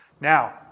Now